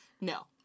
No